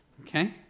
Okay